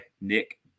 Nick